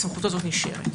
הסמכות הזאת נשארת.